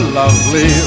lovely